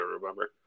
remember